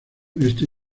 este